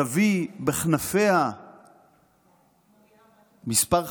תביא בכנפיה מספר חברים,